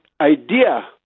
idea